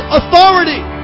authority